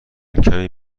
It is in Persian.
کمی